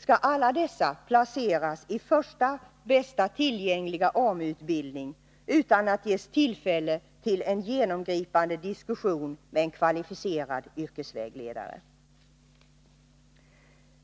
Skall alla dessa placeras i första bästa tillgängliga AMU-utbildning utan att ges tillfälle till en genomgripande diskussion med en kvalificerad yrkesvägledare?